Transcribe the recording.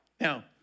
Now